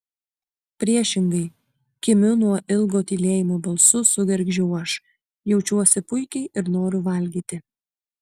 priešingai kimiu nuo ilgo tylėjimo balsu sugergždžiau aš jaučiuosi puikiai ir noriu valgyti